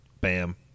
Bam